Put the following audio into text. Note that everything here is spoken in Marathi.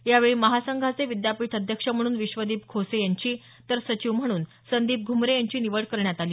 यावेळी महासंघाचे विद्यापीठ अध्यक्ष म्हणून विश्वदीप खोसे यांची तर सचिव म्हणून संदीप घुमरे यांची निवड करण्यात आली